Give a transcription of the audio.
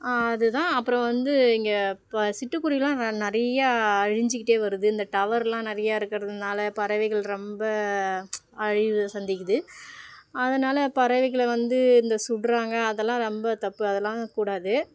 அது தான் அப்புறம் வந்து இங்கே இப்போ சிட்டுக் குருவியெல்லாம் ந நிறையா அழிஞ்சுக்கிட்டே வருது இந்த டவர்லெல்லாம் நிறையா இருக்கிறதுனால பறவைகள் ரொம்ப அழிவை சந்திக்குது அதனால் பறவைகளை வந்து இந்த சுடுறாங்க அதெல்லாம் ரொம்ப தப்பு அதெல்லாம் கூடாது